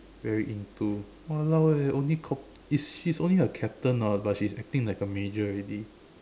very into !walao! eh only cop~ is she's only a captain orh but she's acting like a major already